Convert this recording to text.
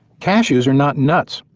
cashews are not nuts.